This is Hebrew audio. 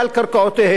אין פתרון.